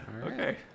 Okay